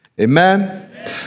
Amen